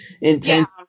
intense